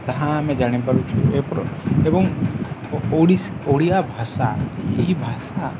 ତାହା ଆମେ ଜାଣିପାରୁଛୁ ଏବଂ ଓଡ଼ିଆ ଭାଷା ଏହି ଭାଷା